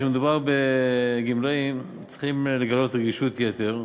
כשמדובר בגמלאים צריכים לגלות רגישות יתר,